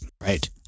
Right